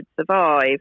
survive